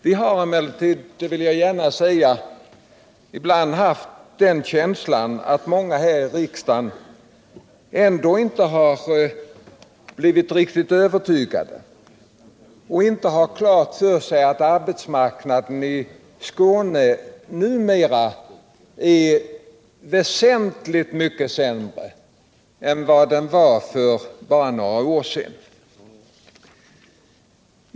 Vi har ibland fått känslan att många här i riksdagen ändå inte har blivit riktigt övertygade och inte fått riktigt klart för sig att arbetsmarknaden i Skåne numera är väsentligt mycket sämre än vad den var för bara några år sedan.